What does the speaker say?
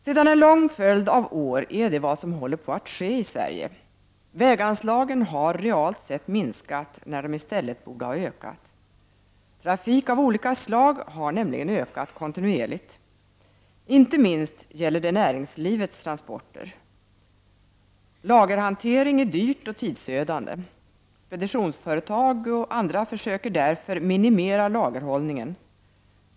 Sedan en lång följd av år är det vad som håller på att ske i Sverige. Väganslagen har realt sett minskat, när de i stället borde ha ökat. Trafik av olika slag har nämligen ökat kontinuerligt. Inte minst gäller det näringslivets transporter. Lagerhantering är dyr och tidsödande. Speditionsföretag och andra försöker därför minimera lagerhållningen.